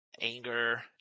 anger